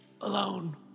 Alone